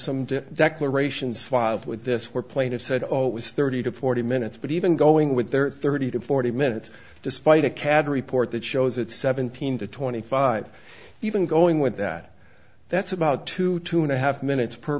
some declarations filed with this where plaintiffs said oh it was thirty to forty minutes but even going with there are thirty to forty minutes despite a cad report that shows it seventeen to twenty five even going with that that's about two two and a half minutes per